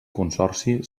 consorci